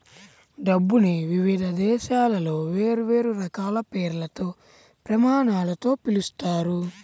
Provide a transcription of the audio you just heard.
డబ్బుని వివిధ దేశాలలో వేర్వేరు రకాల పేర్లతో, ప్రమాణాలతో పిలుస్తారు